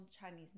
Chinese